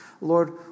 Lord